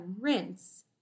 rinse